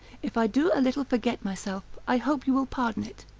if i do a little forget myself, i hope you will pardon it.